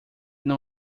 não